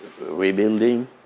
rebuilding